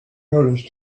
noticed